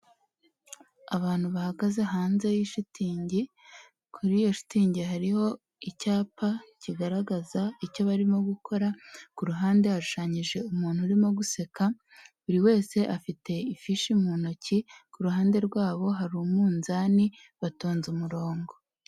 Abantu bahagaze hanze yishitingi kuri iyo shitingi hariho icyapa kigaragaza icyo barimo gukora kuruhande hashushanyije umuntu urimo guseka buri wese afite ifishi mu ntoki kuruhande rwabo hari umunzani ,batonze umurongo.